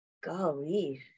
golly